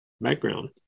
background